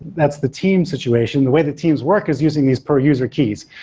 that's the team situation. the way the teams work is using these per user keys.